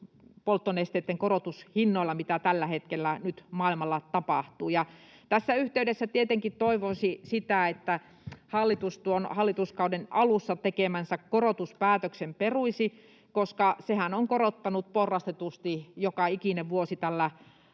polttonesteitten korotushinnoilla, mitä tällä hetkellä nyt maailmalla on. Tässä yhteydessä tietenkin toivoisi sitä, että hallitus tuon hallituskauden alussa tekemänsä korotuspäätöksen peruisi, koska sehän on korottanut porrastetusti joka ikinen vuosi tällä